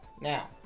Now